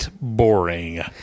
boring